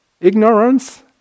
ignorance